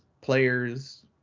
players